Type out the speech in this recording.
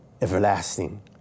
everlasting